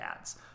ads